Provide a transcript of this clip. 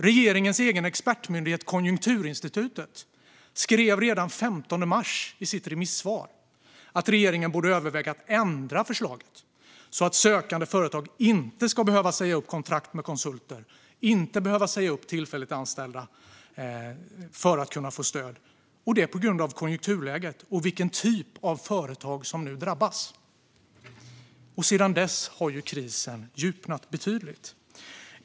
Regeringens egen expertmyndighet, Konjunkturinstitutet, skrev redan den 15 mars i sitt remissvar att regeringen borde överväga att ändra förslaget så att sökande företag inte ska behöva säga upp kontrakt med konsulter och tillfälligt anställda för att få stöd på grund av konjunkturläget och vilken typ av företag som nu drabbas. Sedan dess har krisen djupnat betydligt.